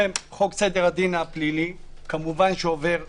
חוק סדר הדין הפלילי כמובן שעובר בכנסת,